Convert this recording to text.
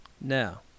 Now